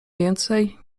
więcej